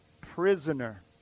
prisoner